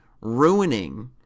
ruining